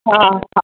हा हा हा